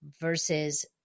versus